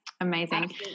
Amazing